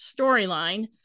storyline